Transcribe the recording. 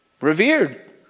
revered